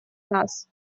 нас